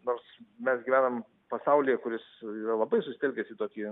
nors mes gyvenam pasaulyje kuris yra labai susitelkęs į tokį